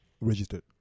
registered